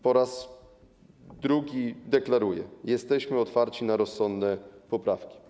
Po raz drugi deklaruję: jesteśmy otwarci na rozsądne poprawki.